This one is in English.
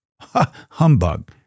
Humbug